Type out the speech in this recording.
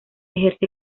ejerce